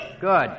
Good